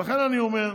ולכן אני אומר: